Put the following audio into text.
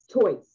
choice